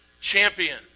champion